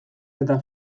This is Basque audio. eta